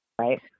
Right